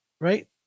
right